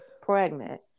pregnant